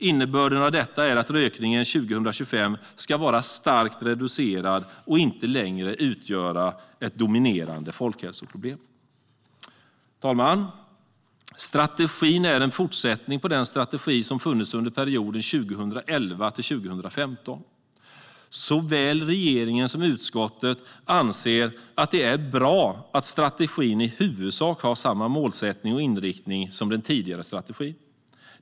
Innebörden av detta är att rökningen 2025 ska vara starkt reducerad och inte längre utgöra ett dominerande folkhälsoproblem. Herr talman! Strategin är en fortsättning på den strategi som har funnits under perioden 2011 till 2015. Såväl regeringen som utskottet anser att det är bra att strategin i huvudsak har samma målsättning och inriktning som den tidigare strategin.